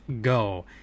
Go